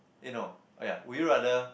eh no !aiya! would you rather